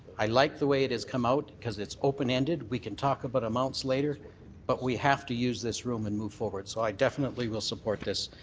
i like the way it has come out cause it's opened-ended. we can talk about amounts later but we have to use this room and move forward. so i definitely will support this,